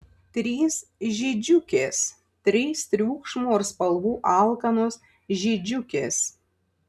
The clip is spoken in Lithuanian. trys žydžiukės trys triukšmo ir spalvų alkanos žydžiukės